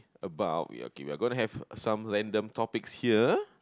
about okay we are gonna have some random topics here